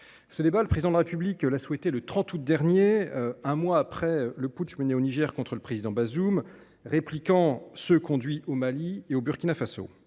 Ce débat, le Président de la République l’a souhaité le 30 août dernier, un mois après le putsch mené au Niger contre le président Bazoum, répliquant les coups d’État menés au Mali et au Burkina Faso.